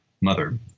mother